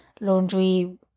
laundry